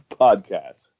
Podcast